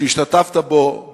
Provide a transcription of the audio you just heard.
שהשתתפת בו,